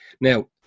now